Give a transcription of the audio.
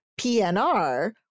PNR